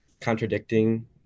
Contradicting